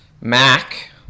Mac